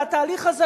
והתהליך הזה,